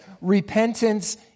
Repentance